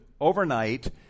overnight